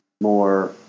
more